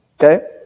okay